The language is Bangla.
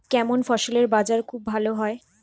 কেমন ফসলের বাজার খুব ভালো হয়?